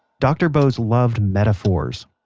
dr. bose loved metaphors,